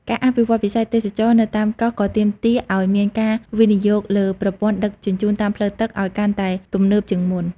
ការអភិវឌ្ឍវិស័យទេសចរណ៍នៅតាមកោះក៏ទាមទារឱ្យមានការវិនិយោគលើប្រព័ន្ធដឹកជញ្ជូនតាមផ្លូវទឹកឱ្យកាន់តែទំនើបជាងមុន។